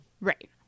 right